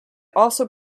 also